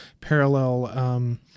parallel